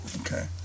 okay